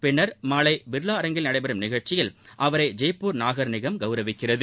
பின்னர் மாலை பிர்லா அரங்கில் நடைபெறும் நிகழ்ச்சியில் அவரை ஜெய்ப்பூர் நாகர் நிகம் கௌரவிக்கிறது